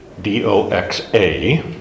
D-O-X-A